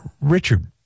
Richard